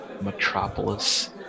metropolis